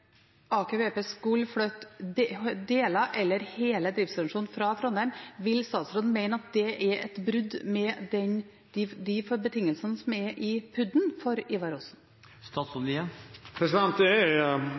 eller hele driftsorganisasjonen fra Trondheim, vil mene at det er et brudd med de betingelsene som er i PUD-en for Ivar Aasen? Det er